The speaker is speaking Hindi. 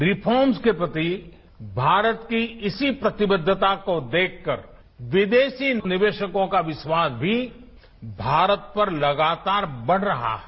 रिफार्मस के प्रति भारत की इसी प्रतिबद्धता को देखकर विदेशी निवेशकों का विश्वास भी भारत पर लगातार बढ़ रहा है